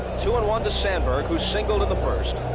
two and one to sandberg who singled in the first.